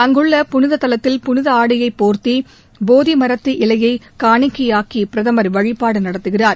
அங்குள்ள புனித தலத்தில் புனித ஆடையை போர்த்தி போதி மரத்து இலையை காணிக்கையாக்கி பிரதமர் வழிபாடு நடத்துகிறார்